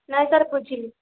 ନାଇଁ ସାର୍ ବୁଝିଲି